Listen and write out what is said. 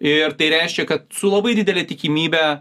ir tai reiškia kad su labai didele tikimybe